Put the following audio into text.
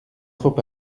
trop